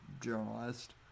journalist